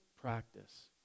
practice